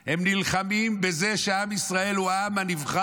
הם נלחמים בזה שעם ישראל הוא העם הנבחר,